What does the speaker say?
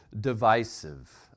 divisive